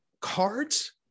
cards